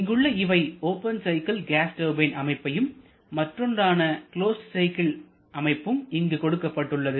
இங்குள்ள இவை open cycle gas turbine அமைப்பையும் மற்றொன்றான க்லோஸ்ட் சைக்கிள் அமைப்பும் இங்கு கொடுக்கப்பட்டுள்ளது